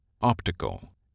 Optical